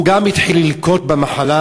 גם הוא התחיל ללקות במחלה,